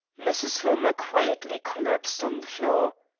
mrs. hillmer quietly collapsed on the floor.